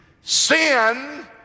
sin